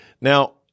Now